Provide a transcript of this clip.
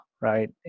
right